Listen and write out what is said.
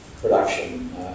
production